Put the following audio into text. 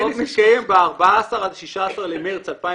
הכנס יתקיים ב-14 עד 16 במרץ 2019,